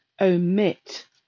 omit